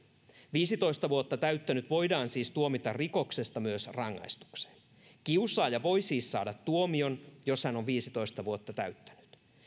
viisitoista vuotta täyttänyt voidaan siis myös tuomita rikoksesta rangaistukseen kiusaaja voi siis saada tuomion jos hän on viisitoista vuotta täyttänyt